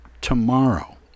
tomorrow